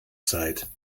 zeit